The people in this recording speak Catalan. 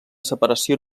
separació